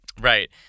Right